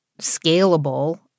scalable